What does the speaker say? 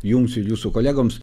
jums ir jūsų kolegoms